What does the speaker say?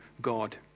God